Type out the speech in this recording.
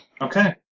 Okay